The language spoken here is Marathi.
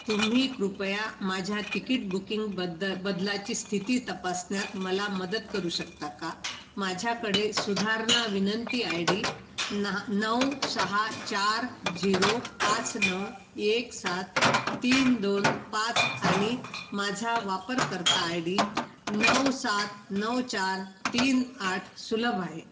तुम्ही कृपया माझ्या तिकीट बुकिंग बद्द बदलाची स्थिती तपासण्यात मला मदत करू शकता का माझ्याकडे सुधारणा विनंती आय डी नहा नऊ सहा चार झिरो पाच नऊ एक सात तीन दोन पाच आणि माझा वापरकर्ता आय डी नऊ सात नऊ चार तीन आठ सुलभ आहे